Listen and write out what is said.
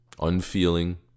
unfeeling